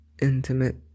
intimate